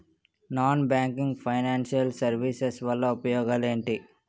Non banking financial services వల్ల ఉపయోగాలు ఎంటి?